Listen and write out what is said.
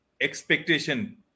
expectation